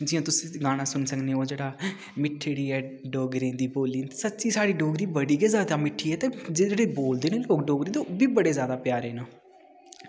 जियां तुस गाना सुनी सकदे ओह् जेह्ड़ा मिट्ठड़ी ऐ डोगरें दी बोल्ली सच्ची साढ़ी बोली बड़ी गै ज्यादा मिट्ठी ऐ ते जेह्ड़े जेह्ड़े बोलदे न लोक डोगरी ते ओह् बी बड़े ज्यादा प्यारे न